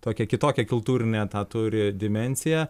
tokią kitokią kultūrinę tą turi dimensiją